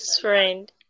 friend